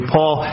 Paul